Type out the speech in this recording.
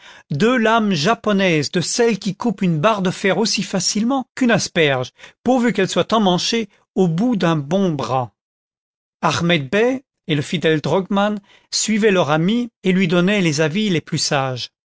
deux lames japonaises de celles qui coupent une barre de fer aussi facilement qu'une asperge pourvu qu'elles soient emmanchées au bout d'un bon bras ahmed bey et le fidèle drogman suivaient leur ami et lui donnaient les avis les plus sages